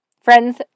Friends